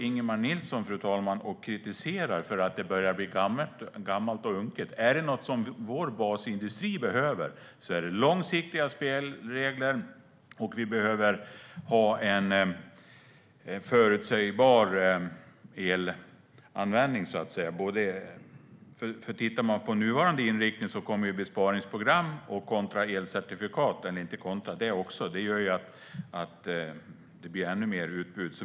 Ingemar Nilsson står och kritiserar det för att det börjar bli gammalt och unket. Är det något som vår basindustri behöver är det långsiktiga spelregler. Vi behöver ha en förutsägbar elanvändning. Tittar man på nuvarande inriktning kommer besparingsprogram och elcertifikat att göra att det blir ännu mer utbud.